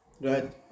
Right